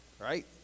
Right